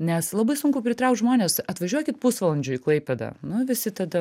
nes labai sunku pritraukt žmones atvažiuokit pusvalandžiui į klaipėdą nu visi tada